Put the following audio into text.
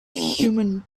human